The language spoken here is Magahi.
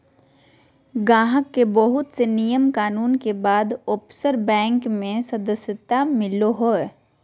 गाहक के बहुत से नियम कानून के बाद ओफशोर बैंक मे सदस्यता मिलो हय